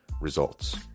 Results